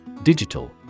Digital